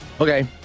Okay